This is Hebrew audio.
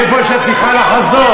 מאיפה שאת צריכה לחזור.